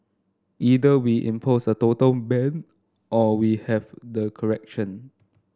either we impose a total ban or we have the correction